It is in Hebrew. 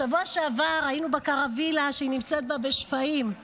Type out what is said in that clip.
בשבוע שעבר היינו בקרווילה שהיא נמצאת בה בשפיים,